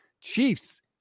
Chiefs